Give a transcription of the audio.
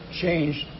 changed